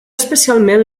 especialment